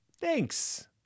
Thanks